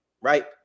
right